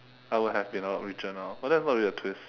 I would have been a lot richer now but that's not really a twist